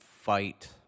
fight